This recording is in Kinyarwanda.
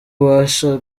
bubasha